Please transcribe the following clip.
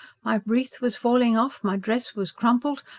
my wreath was falling off. my dress was crumpled.